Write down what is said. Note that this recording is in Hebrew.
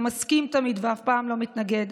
המסכים תמיד ואף פעם לא מתנגד.